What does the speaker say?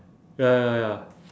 ya ya ya